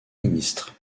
ministre